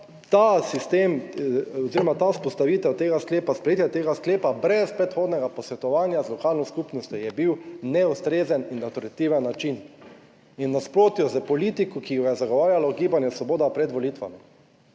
ta sistem oziroma ta vzpostavitev tega sklepa, sprejetje tega sklepa brez predhodnega posvetovanja z lokalno skupnostjo je bil neustrezen in avtoritativen način in v nasprotju s politiko, ki jo je zagovarjalo Gibanje Svoboda pred volitvami